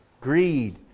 Greed